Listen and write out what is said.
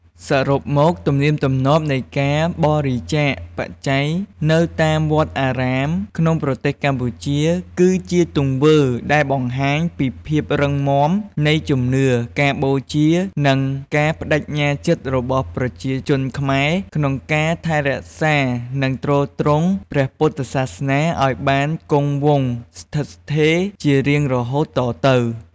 សរុបមក ទំនៀមទម្លាប់នៃការបរិច្ចាគបច្ច័យនៅតាមវត្តអារាមក្នុងប្រទេសកម្ពុជា គឺជាទង្វើដែលបង្ហាញពីភាពរឹងមាំនៃជំនឿ ការបូជា និងការប្តេជ្ញាចិត្តរបស់ប្រជាជនខ្មែរក្នុងការថែរក្សា និងទ្រទ្រង់ព្រះពុទ្ធសាសនាឱ្យបានគង់វង្សស្ថិតស្ថេរជារៀងរហូតតទៅ។